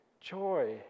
joy